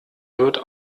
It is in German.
wird